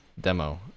demo